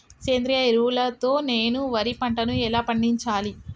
సేంద్రీయ ఎరువుల తో నేను వరి పంటను ఎలా పండించాలి?